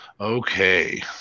Okay